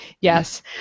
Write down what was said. Yes